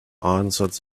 answered